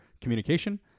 communication